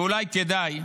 ואולי כדאי